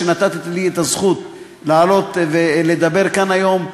על שנתת לי את הזכות לעלות ולדבר כאן היום.